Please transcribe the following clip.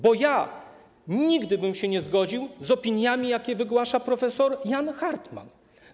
Bo ja nigdy bym się nie zgodził z opiniami, jakie wygłasza prof. Jan Hartman.